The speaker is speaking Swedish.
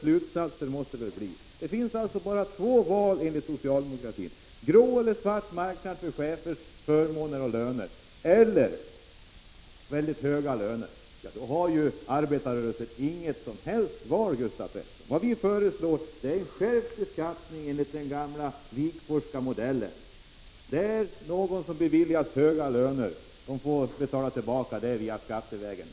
Slutsatsen blir att det enligt socialdemokratin bara finns två val: antingen en grå eller en svart marknad för chefers förmåner och löner, eller mycket höga löner. I så fall har arbetarrörelsen inget som helst val, Gustav Persson. Vi föreslår en skärpt beskattning enligt den gamla Wigforsska modellen. Om någon beviljas en alltför hög lön, får en utjämning ske skattevägen.